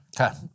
Okay